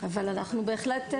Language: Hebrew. אבל אנחנו בהחלט.